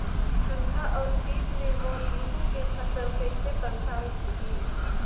ठंडा अउ शीत मे मोर गहूं के फसल कइसे प्रभावित होही?